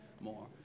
more